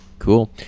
Cool